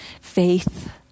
faith